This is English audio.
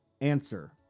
Answer